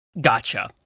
Gotcha